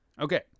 okay